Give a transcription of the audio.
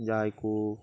ᱡᱟᱦᱟᱸᱭᱠᱚ